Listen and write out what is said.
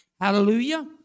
Hallelujah